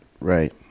Right